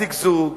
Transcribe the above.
הזיגזוג,